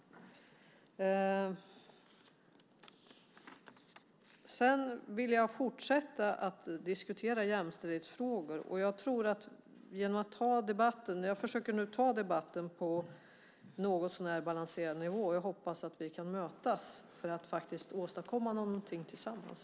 Jag vill fortsätta att diskutera jämställdhetsfrågor. Jag försöker nu ta debatten på en något så när balanserad nivå. Jag hoppas att vi kan mötas för att åstadkomma någonting tillsammans.